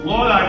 Lord